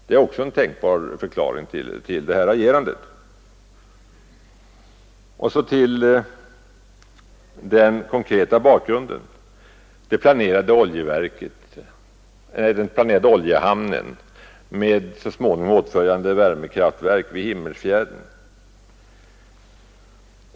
Det är också en tänkbar förklaring till det här agerandet. Så till den konkreta bakgrunden, den planerade oljehamnen med så småningom åtföljande värmekraftverk vid Himmerfjärden.